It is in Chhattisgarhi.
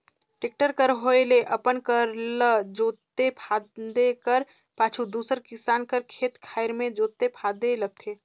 टेक्टर कर होए ले अपन कर ल जोते फादे कर पाछू दूसर किसान कर खेत खाएर मे जोते फादे लगथे